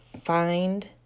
Find